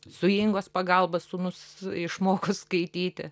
su ingos pagalba sūnus išmoko skaityti